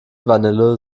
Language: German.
vanille